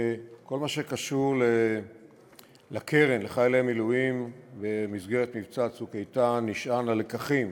כל מה שקשור לקרן לחיילי המילואים במסגרת מבצע "צוק איתן" נשען על לקחים